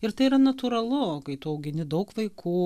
ir tai yra natūralu kai tu augini daug vaikų